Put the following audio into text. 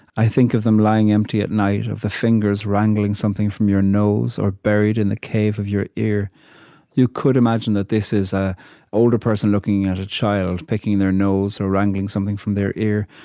i think of them lying empty at night, of the fingers wrangling something from your nose, or buried in the cave of your ear you could imagine that this is an ah older person looking at a child picking their nose or wrangling something from their ear.